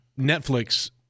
Netflix